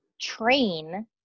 train